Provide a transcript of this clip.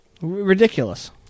Ridiculous